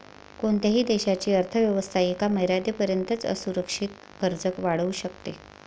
कोणत्याही देशाची अर्थ व्यवस्था एका मर्यादेपर्यंतच असुरक्षित कर्ज वाढवू शकते